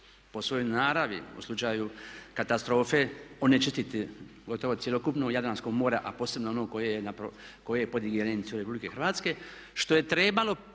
po svojoj naravi u slučaju katastrofe onečistiti gotovo cjelokupno Jadransko more, a posebno ono koje je pod ingerencijom RH, što je trebalo